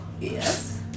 Yes